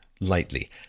lightly